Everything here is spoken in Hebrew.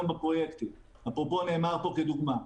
בפרויקטים - אפרופו נאמר פה כדוגמה.